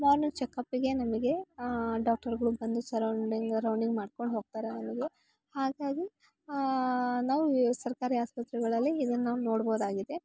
morning ಚೆಕಪ್ಪಿಗೆ ನಮಗೆ ಡಾಕ್ಟರ್ಗಳು ಬಂದು ಸರೌಂಡಿಂಗ್ ರೌಂಡಿಂಗ್ ಮಾಡ್ಕೊಂಡು ಹೋಗ್ತಾರೆ ನಮಗೆ ಹಾಗಾಗಿ ನಾವು ಈ ಸರ್ಕಾರಿ ಆಸ್ಪತ್ರೆಗಳಲ್ಲಿ ಇದನ್ನ ನಾವು ನೋಡ್ಬೌದಾಗಿದೆ